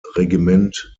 regiment